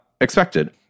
expected